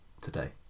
today